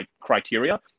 criteria